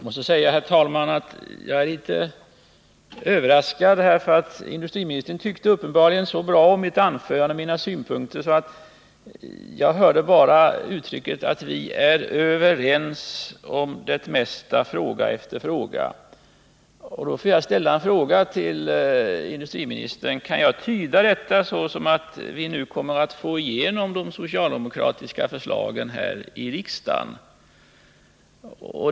Herr talman! Jag måste säga att jag är litet överraskad. Industriministern tyckte uppenbarligen så bra om mitt anförande och mina synpunkter att jag bara hörde uttrycket ”vi är överens om det mesta” om fråga efter fråga. Då måste jag fråga industriministern: Kan jag tyda detta så att vi nu kommer att få igenom de socialdemokratiska förslagen här i riksdagen?